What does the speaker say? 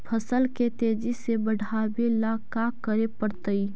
फसल के तेजी से बढ़ावेला का करे पड़तई?